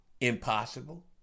impossible